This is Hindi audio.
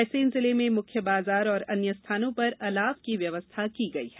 रायसेन जिले में मुख्य बाजार और अन्य स्थानों पर अलाव की व्यवस्था की गई है